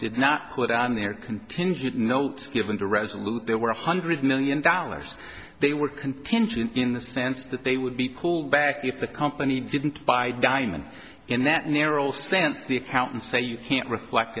did not put on their contingent note given the resolute there were one hundred million dollars they were contingent in the sense that they would be pulled back if the company didn't buy diamond in that narrow sense the accountants say you can't reflect